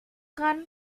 dran